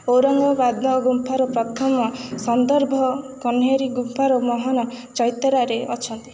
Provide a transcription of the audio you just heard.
ଔରଙ୍ଗାବାଦ ଗୁମ୍ଫାର ପ୍ରଥମ ସନ୍ଦର୍ଭ କହ୍ନେରୀ ଗୁମ୍ଫାର ମହାନ ଚୈତାରେ ଅଛନ୍ତି